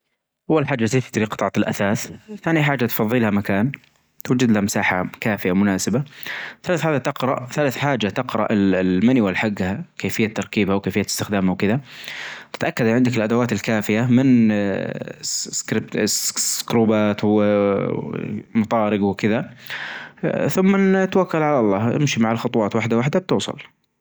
أول حاچة تشترى قطعة الأثاث، ثانى حاچة تقظيلها مكان توجدلها مساحة كافية مناسبة، ثالث حاجه تقرأ-ثالث حاچة تقرأ ال-ال-المانيوال حجها كيفية تركيبها وكيفية إستخدامها وكدا، أتأكد أنتك عندك الأدوات الكافية من سكروبات و مطارج وكدا، ثم نتوكل على الله أمشى مع الخطوات واحدة واحدة بتوصل.